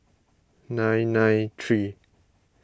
nine nine three